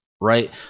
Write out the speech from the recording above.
Right